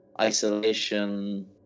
isolation